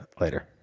Later